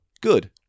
Good